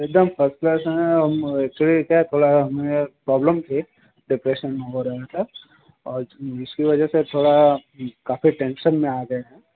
एकदम first class हैं actually क्या है थोड़ा हमें प्रॉब्लम थी डिप्रेशन हो रहा था जिसकी वजह से थोड़ा काफी टेंशन में आ गए हैं